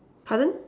pardon